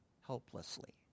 helplessly